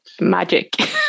magic